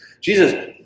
Jesus